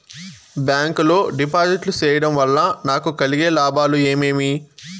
Bank లో డిపాజిట్లు సేయడం వల్ల నాకు కలిగే లాభాలు ఏమేమి?